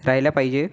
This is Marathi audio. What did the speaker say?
राहिला पाहिजे